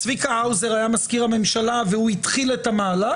צביקה האוזר היה מזכיר הממשלה והוא התחיל את המהלך